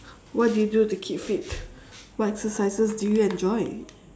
what do you do to keep fit what exercises do you enjoy